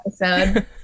episode